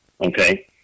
Okay